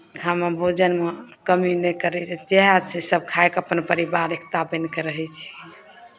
हमे भोजनमे कमी नहि करै छियै जएह चीज सभ खाय कऽ अपन परिवार एकता बनि कऽ रहै छियै